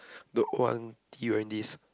the old auntie wearing this